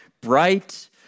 bright